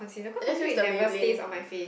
I just use the Maybelline